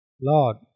Lord